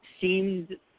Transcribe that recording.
seemed